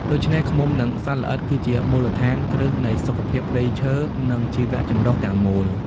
ដូច្នេះ ឃ្មុំ និងសត្វល្អិតគឺជាមូលដ្ឋានគ្រឹះនៃសុខភាពព្រៃឈើ និងជីវៈចម្រុះទាំងមូល។